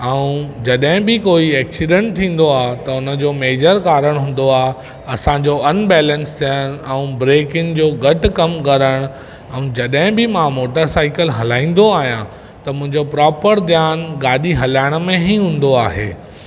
ऐं जॾहिं बि कोई एक्सीडेंट थींदो आहे त हुन जो मेजर कारणु हूंदो आहे असांजो अन्बैलेंस थियणु ऐं ब्रेकिंग जो घटि कमु करणु ऐं जॾहिं बि मां मोटर साइकिल हलाईंदो आहियां त मुंहिंजो प्रोपर ध्यानु गाॾी हलाइण में ई हूंदो आहे